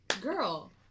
girl